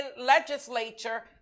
legislature